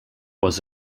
was